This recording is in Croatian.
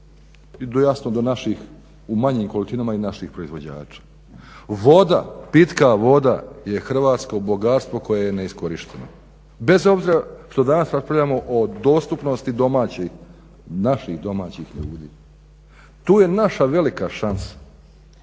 i jasno do naših, u manjim količinama i naših proizvođača. Voda, pitka voda je hrvatsko bogatstvo koje je neiskorišteno. Bez obzira što danas raspravljamo o dostupnosti domaćih, naših domaćih ljudi, tu je naša velika šansa,